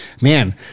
man